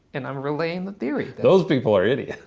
and i'm relaying the theory. those people are idiots.